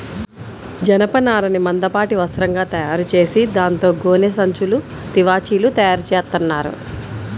జనపనారని మందపాటి వస్త్రంగా తయారుచేసి దాంతో గోనె సంచులు, తివాచీలు తయారుచేత్తన్నారు